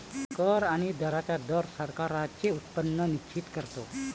कर आणि दरांचा दर सरकारांचे उत्पन्न निश्चित करतो